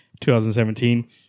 2017